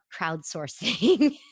crowdsourcing